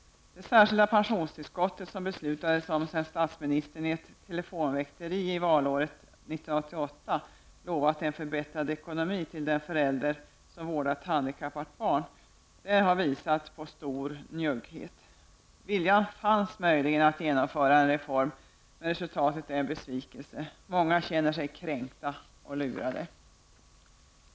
Det särskilda pensionstillskottet, som beslutades sedan statsministern i samband med ett telefonväkteri valåret 1988 hade lovat de föräldrar som vårdat handikappat barn en förbättrad ekonomi, har visat på stor njugghet. Möjligen fanns viljan att genomföra en reform. Men resultatet är en besvikelse. Många känner sig kränkta och lurade.